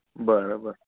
बरं बरं